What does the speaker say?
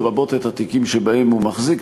לרבות את התיקים שבהם הוא מחזיק,